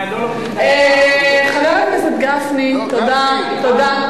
מה, הם לא לומדים, חבר הכנסת גפני, תודה.